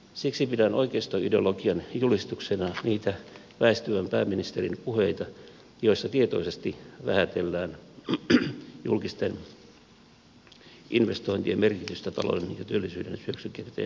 siksi pidän oikeistoideologian julistuksena niitä väistyvän pääministerin puheita joissa tietoisesti vähätellään julkisten investointien merkitystä talouden ja työllisyyden syöksykierteen katkaisemisessa